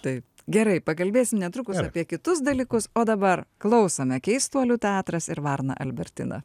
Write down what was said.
taip gerai pakalbėsim netrukus ir apie kitus dalykus o dabar klausome keistuolių teatras ir varna albertina